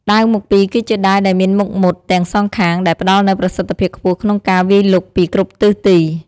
ដាវមុខពីរ គឺជាដាវដែលមានមុខមុតទាំងសងខាង ដែលផ្ដល់នូវប្រសិទ្ធភាពខ្ពស់ក្នុងការវាយលុកពីគ្រប់ទិសទី។